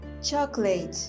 Chocolate